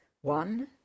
One